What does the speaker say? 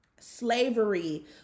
Slavery